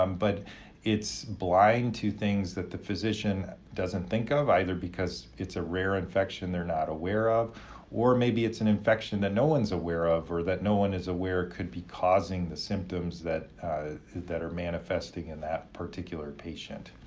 um but it's blind to things that the physician doesn't think of either because it's a rare infection they're not aware of or maybe it's an infection that no one's aware of or that no one is aware could be causing the symptoms that that are manifesting in that particular patient.